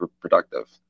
productive